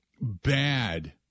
bad